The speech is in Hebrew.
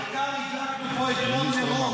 העיקר הדלקנו פה אתמול נרות